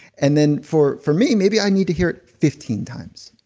and then, for for me, maybe i need to hear it fifteen times.